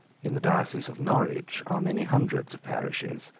in the diocese of norwich many hundreds of parishes.